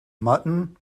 mutton